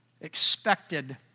expected